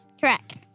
Correct